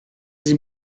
sie